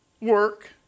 work